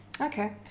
Okay